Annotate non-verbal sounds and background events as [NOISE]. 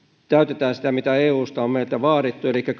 täytetään sitä mitä eusta on meiltä vaadittu elikkä [UNINTELLIGIBLE]